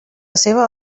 seva